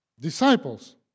disciples